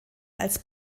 als